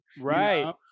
right